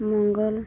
ᱢᱚᱝᱜᱚᱞ